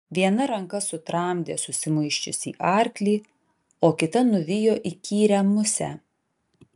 viena ranka sutramdė susimuisčiusį arklį o kita nuvijo įkyrią musę